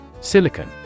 Silicon